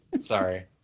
Sorry